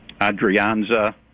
Adrianza